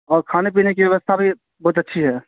اور کھانے پینے کی ویوستھا بھی بہت اچھی ہے